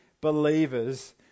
believers